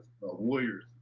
warriors